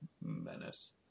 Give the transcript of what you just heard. menace